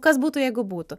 kas būtų jeigu būtų